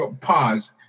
pause